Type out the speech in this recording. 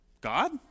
god